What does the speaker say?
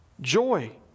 joy